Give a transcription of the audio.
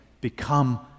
become